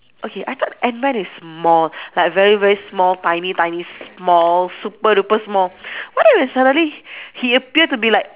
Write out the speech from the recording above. okay I thought ant man is small like very very small tiny tiny small super duper small what if he suddenly he appear to be like